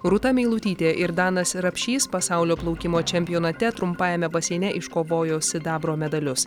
rūta meilutytė ir danas rapšys pasaulio plaukimo čempionate trumpajame baseine iškovojo sidabro medalius